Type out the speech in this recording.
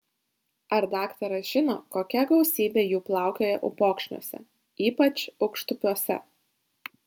ar daktaras žino kokia gausybė jų plaukioja upokšniuose ypač aukštupiuose